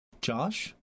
Josh